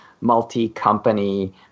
multi-company